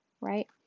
right